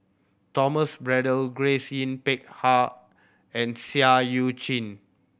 Thomas Braddell Grace Yin Peck Ha and Seah Eu Chin